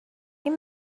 این